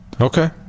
Okay